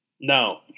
No